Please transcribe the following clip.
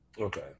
Okay